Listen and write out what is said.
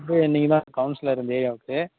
வந்து நீங்கள் தான் கவுன்சிலர் அந்த ஏரியாவுக்கு